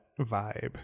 vibe